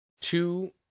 two